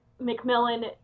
McMillan